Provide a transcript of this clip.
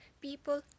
people